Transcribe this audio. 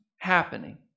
happening